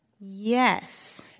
Yes